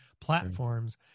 platforms